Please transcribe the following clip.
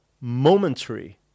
momentary